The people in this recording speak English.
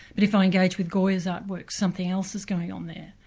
but if i engage with goya's art works, something else is going on there,